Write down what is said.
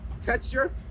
texture